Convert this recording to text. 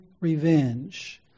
revenge